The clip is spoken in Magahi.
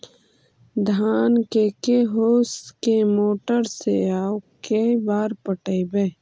धान के के होंस के मोटर से औ के बार पटइबै?